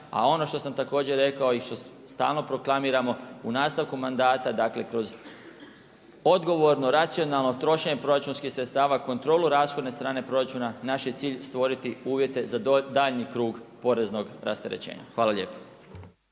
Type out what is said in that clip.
a ono što sam također rekao i što stalno proklamiramo, u nastavku manda, dakle, kroz odgovorno racionalno trošenje proračunskih sredstava, kontrolu rashodne strane proračuna, naš je cilj stvoriti uvjete za daljnji krug poreznog rasterećenja. Hvala lijepa.